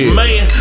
man